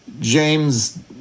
James